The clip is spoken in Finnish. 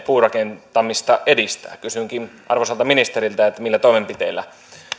puurakentamista edistää kysynkin arvoisalta ministeriltä millä toimenpiteillä